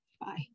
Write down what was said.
Bye